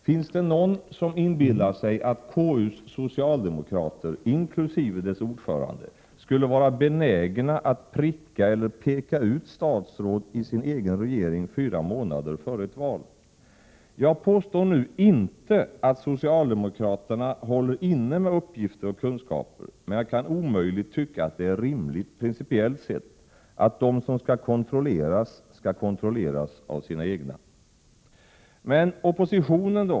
Finns det någon som inbillar sig att KU:s socialdemokrater inkl. dess ordförande skulle vara benägna att pricka eller peka ut statsråd i sin egen regering fyra månader före ett val? Jag påstår nu inte att socialdemokraterna håller inne med uppgifter och kunskaper, men jag kan omöjligt tycka att det är rimligt, principiellt sett, att de som kontrolleras, skall kontrolleras av sina egna. Men oppositionen då?